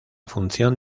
función